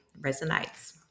resonates